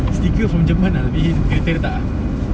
sticker from german ah tapi kereta dia tak ah